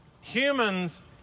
humans